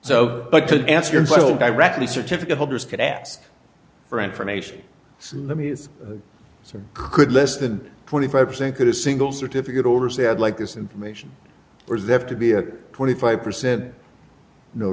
so i could answer your vital directly certificate holders could ask for information let me it's so could less than twenty five percent could a single certificate over say i'd like this information or they have to be a twenty five percent no